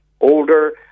older